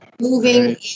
moving